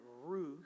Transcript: Ruth